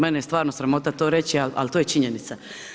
Mene je stvarno sramota to reći, ali to je činjenica.